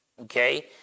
Okay